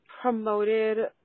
promoted